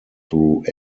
through